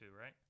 right